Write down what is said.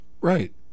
Right